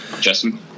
Justin